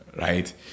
right